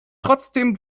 trotzdem